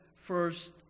first